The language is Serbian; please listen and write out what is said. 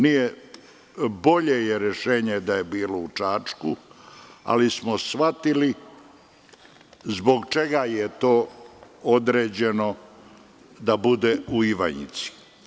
Bolje je rešenje da je bilo u Čačku, ali smo shvatili zbog čega je to određeno da bude u Ivanjici.